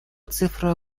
цифра